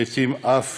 לעתים אף